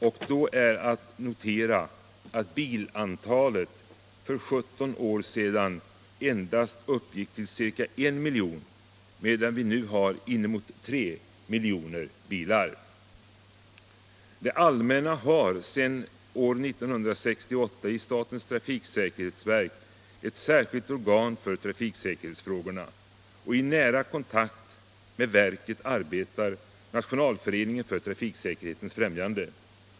Och då är att notera att bilantalet för 17 år sedan uppgick till endast ca 1 miljon, medan vi nu har inemot 3 miljoner bilar. Det allmänna har sedan 1968 i statens trafiksäkerhetsverk ett särskilt organ för trafiksäkerhetsfrågorna. I nära kontakt med verket arbetar Nationalföreningen för trafiksäkerhetens främjande.